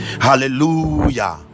hallelujah